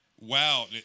Wow